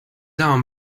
arm